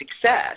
success